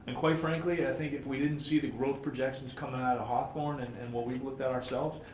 and quite frankly, i think if we didn't see the growth projections coming out of hawthorne and and what we've looked at ourselves,